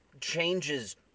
changes